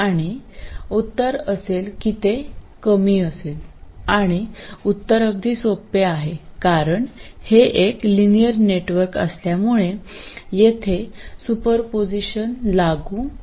आणि उत्तर असेल की ते कमी असेल आणि उत्तर अगदी सोपे आहे कारण हे एक लिनियर नेटवर्क असल्यामुळे येथे सुपरपोजिशन लागू होईल